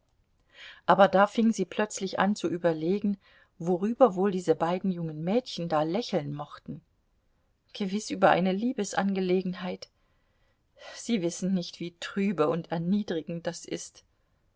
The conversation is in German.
aber da fing sie plötzlich an zu überlegen worüber wohl diese beiden jungen mädchen da lächeln mochten gewiß über eine liebesangelegenheit sie wissen nicht wie trübe und erniedrigend das ist